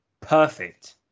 perfect